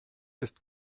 ist